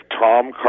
Tom